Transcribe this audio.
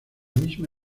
misma